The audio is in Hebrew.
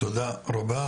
תודה רבה,